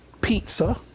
pizza